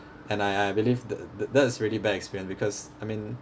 and I I believe tha~ tha~ that is really bad experience because I mean